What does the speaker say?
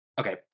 Okay